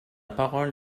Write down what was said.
parole